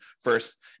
first